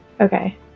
Okay